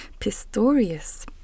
Pistorius